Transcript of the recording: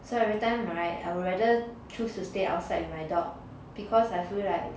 so every time [right] I would rather choose to stay outside with my dog because I feel like